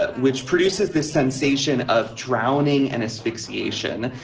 ah which produces this sensation of drowning and asphyxiation,